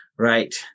Right